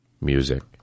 Music